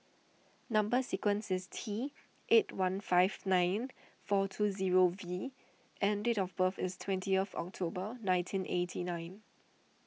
Number Sequence is T eight one five nine four two zero V and date of birth is twentieth of October nineteen eighty nine